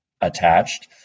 attached